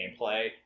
gameplay